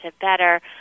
better